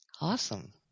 Awesome